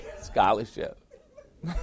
scholarship